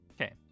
Okay